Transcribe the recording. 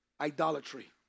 idolatry